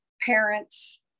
parents